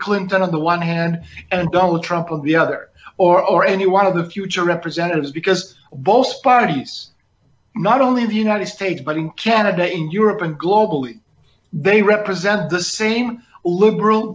clinton on the one hand and donald trump of the other or any one of the future representatives because both parties not only the united states but in canada in europe and globally they represent the same liberal